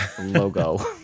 logo